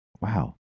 wow